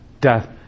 death